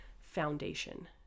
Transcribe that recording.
foundation